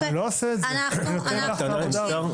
אני לא עושה את זה, אני נותן לך את העבודה הזו.